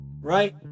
right